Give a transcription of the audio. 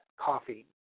coffee